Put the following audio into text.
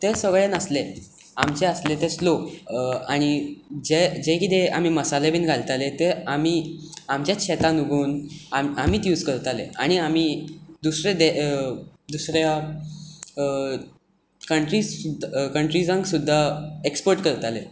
तें सगळें नासलें आमचें आसलें तें स्लो आनी जे कितें आमी मसाले बी घालताले ते आमी आमच्याच शेतांत उगोवून आमीच यूज करताले आनी आमी दुसऱ्या कंट्रीझ कंट्रीझांक सुद्दां एक्स्पोर्ट करताले